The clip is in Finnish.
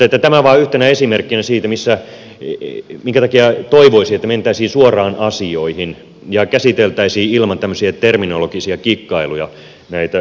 tämä vain yhtenä esimerkkinä siitä minkä takia toivoisi että mentäisiin suoraan asioihin ja käsiteltäisiin ilman tämmöisiä terminologisia kikkailuja näitä kysymyksiä